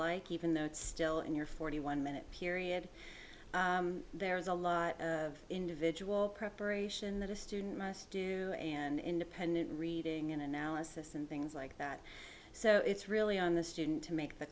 like even though it's still in your forty one minute period there is a lot of individual preparation that a student must do and independent reading in analysis and things like that so it's really on the student to make the